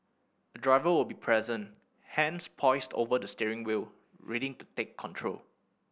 a driver will be present hands poised over the steering wheel ready to take control